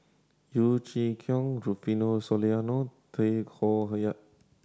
Yeo Chee Kiong Rufino Soliano Tay Koh Yat